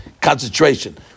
concentration